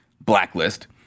blacklist